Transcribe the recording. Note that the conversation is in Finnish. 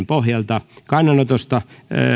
pohjalta kannanotosta